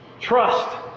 Trust